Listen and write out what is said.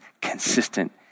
consistent